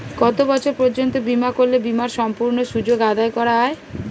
কত বছর পর্যন্ত বিমা করলে বিমার সম্পূর্ণ সুযোগ আদায় করা য়ায়?